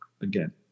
again